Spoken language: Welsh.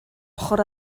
ochr